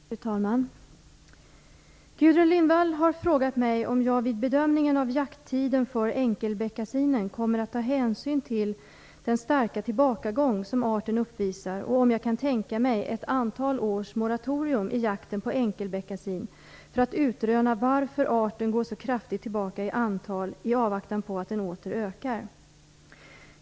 Fru talman! Gudrun Lindvall har frågat mig om jag vid bedömningen av jakttiden för enkelbeckasinen kommer att ta hänsyn till den starka tillbakagång som arten uppvisar, och om jag kan tänka mig ett antal års moratorium i jakten på enkelbeckasin för att utröna varför arten går så kraftigt tillbaka i antal i avvaktan på att den åter ökar.